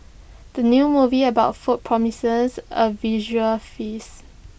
the new movie about food promises A visual feast